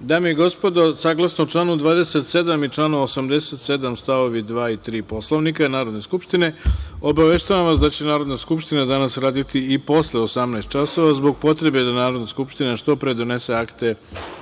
Dame i gospodo, saglasno članu 27. i članu 87. stavovi 2. i 3. Poslovnika Narodne skupštine, obaveštavam vas da će Narodna skupština danas raditi i posle 18,00 časova, zbog potrebe da Narodna skupština što pre donese akte